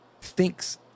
thinks